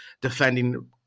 defending